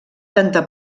tanta